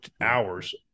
hours